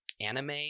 anime